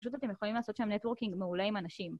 פשוט אתם יכולים לעשות שם נטוורקינג מעולה עם אנשים.